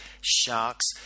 Sharks